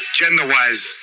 gender-wise